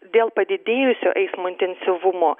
dėl padidėjusio eismo intensyvumo